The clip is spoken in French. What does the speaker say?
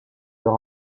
leur